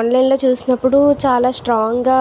ఆన్లైన్లో చూసినప్పుడు చాలా స్ట్రాంగ్గా